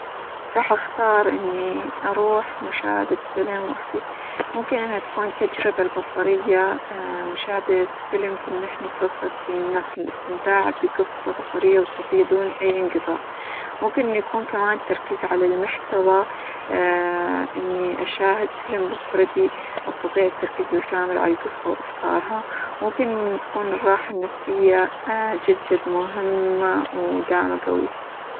رح أختار إني أروح مشاهدة فيلم وحدي، ممكن إنها تكون تجربة البصرية، مشاهدة فيلم تمنحني -فرص- فرصتي من الاستمتاع بقصة بصرية، وصوتية دون أي إنقطاع، ممكن إنه يكون كمان التركيز على المحتوى إني أشاهد فيلم بمفردى، استطيع التركيز بالكامل على القصة، وأفكارها، ممكن إنه تكون الراحة النفسية جد جد مهمة، وداعمة قوية.